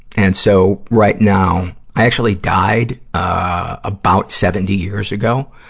and so, right now, i actually died, ah, about seventy years ago.